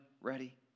ready